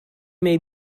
may